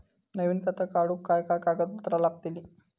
नवीन खाता काढूक काय काय कागदपत्रा लागतली?